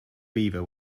beaver